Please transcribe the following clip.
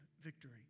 victory